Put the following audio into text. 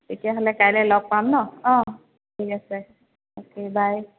তেতিয়াহ'লে কাইলে লগ পাম ন অঁ ঠিক আছে অ' কে বাই